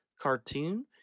cartoon